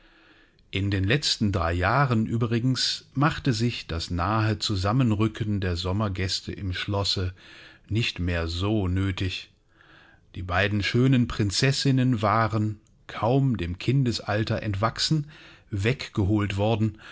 in den letzten drei jahren übrigens machte sich das nahe zusammenrücken der sommergäste im schlosse nicht mehr so nötig die beiden schönen prinzessinnen waren kaum dem kindesalter entwachsen weggeholt worden